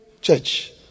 church